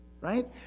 right